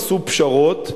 עשו פשרות,